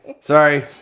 Sorry